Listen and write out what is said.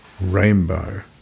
rainbow